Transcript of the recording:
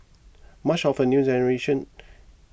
much of the new acceleration